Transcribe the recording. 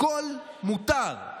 הכול מותר.